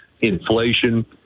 inflation